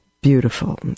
Beautiful